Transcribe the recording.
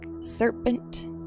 serpent